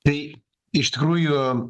tai iš tikrųjų